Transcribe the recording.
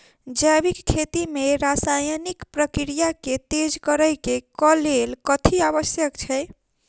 जैविक खेती मे रासायनिक प्रक्रिया केँ तेज करै केँ कऽ लेल कथी आवश्यक छै?